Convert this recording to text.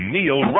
Neil